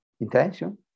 intention